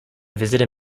visitor